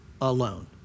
alone